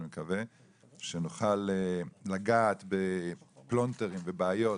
שנוכל לגעת בפלונטרים ובעיות.